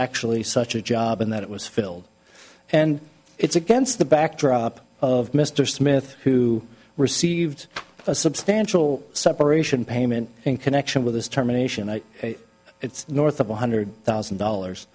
actually such a job and that it was filled and it's against the backdrop of mr smith who received a substantial so operation payment in connection with his terminations north of one hundred thousand dollars